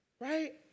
Right